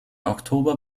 oktober